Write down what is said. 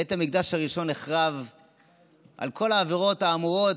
בית המקדש הראשון נחרב על כל העבירות האמורות,